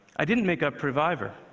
i didn't make up pre-vivor.